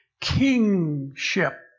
kingship